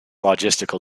logistical